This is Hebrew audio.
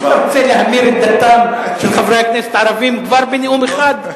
אתה רוצה להמיר את דתם של חברי הכנסת הערבים כבר בנאום אחד?